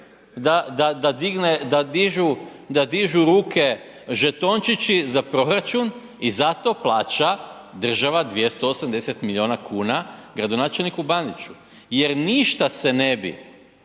da dižu ruke žetončići za proračun i zato plaća država 280 milijuna kuna gradonačelniku Bandiću. Jer ništa se ne bi